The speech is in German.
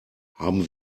haben